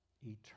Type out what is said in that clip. Eternal